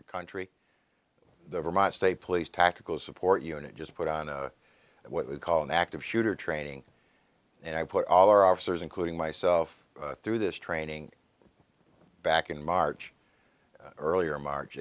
the country the vermont state police tactical support unit just put on what they call an active shooter training and i put all our officers including myself through this training back in march earlier march